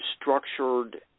structured